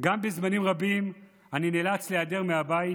גם בזמנים רבים שאני נאלץ להיעדר מהבית.